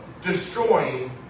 destroying